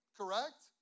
correct